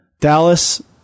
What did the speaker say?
Dallas